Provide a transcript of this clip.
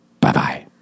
Bye-bye